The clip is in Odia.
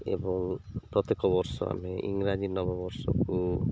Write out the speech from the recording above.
ଏବଂ ପ୍ରତ୍ୟେକ ବର୍ଷ ଆମେ ଇଂରାଜୀ ନବବର୍ଷକୁ